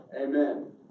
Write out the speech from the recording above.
Amen